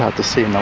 ah to see you know